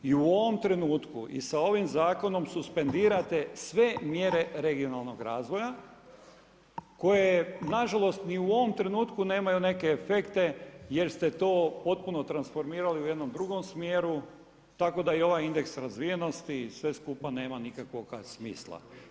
I u ovom trenutku i sa ovim zakonom suspendirate sve mjere regionalnog razvoja koje nažalost ni u ovom trenutku nemaju neke efekte jer ste to potpuno transformirali u jednom drugom smjeru tako da i ovaj indeks razvijenosti i sve skupa nema nikakvoga smisla.